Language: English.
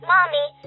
Mommy